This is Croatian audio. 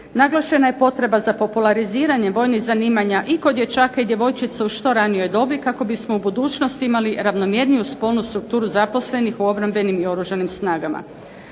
Naglašena je potreba za populariziranjem vojnih zanimanja i kod dječaka i djevojčica u što ranijoj dobi kako bismo u budućnosti imali ravnomjerniju spolnu strukturu zaposlenih u obrambenim i Oružanim snagama.